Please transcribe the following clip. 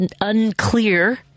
unclear